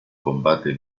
combate